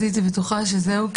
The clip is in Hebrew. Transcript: הייתי בטוחה שזהו,